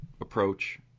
approach